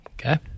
Okay